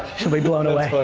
she'll be blown away.